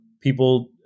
people